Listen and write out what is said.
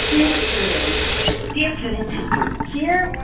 here, prudence, dear prudence dear prudence here.